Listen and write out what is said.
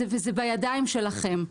זה בידיים שלכם.